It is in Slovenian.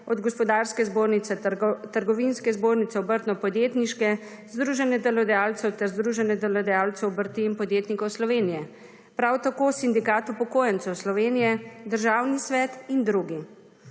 od gospodarske zbornice, trgovinske zbornice, obrtno-podjetniške, združenje delodajalcev ter združenje delodajalcev obrti in podjetnikov Slovenije. Prav tako sindikat upokojencev Slovenije, Državni svet in drugi.